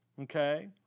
Okay